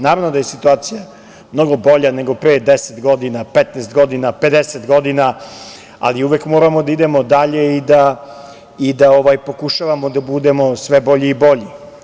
Naravno da je situacija mnogo bolja nego pre 10, 15, 50 godina, ali uvek moramo da idemo dalje i da pokušavamo da budemo sve bolji i bolji.